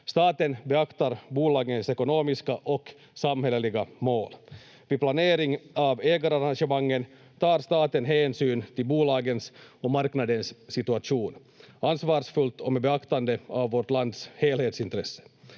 Staten beaktar bolagens ekonomiska och samhälleliga mål. Vid planering av ägararrangemangen tar staten hänsyn till bolagens och marknadens situation ansvarsfullt och med beaktande av vårt lands helhetsintresse.